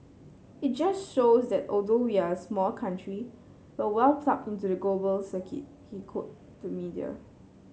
it just shows that although we're a small country we well plugged into the global circuit he cold the media